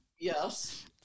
Yes